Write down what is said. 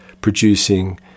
producing